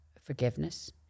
forgiveness